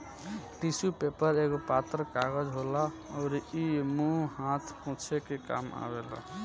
tissue paper एगो पातर कागज होला अउरी इ मुंह हाथ पोछे के काम आवेला